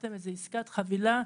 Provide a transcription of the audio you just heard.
לקחתם איזה עסקת חבילה,